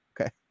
Okay